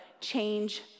change